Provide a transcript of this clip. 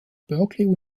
berkeley